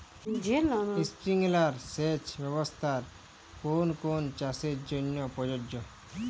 Sprinkler সেচ ব্যবস্থার কোন কোন চাষের জন্য প্রযোজ্য?